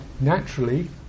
naturally